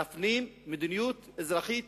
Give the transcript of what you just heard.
צריך להפנים מדיניות אזרחית